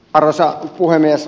arvoisa puhemies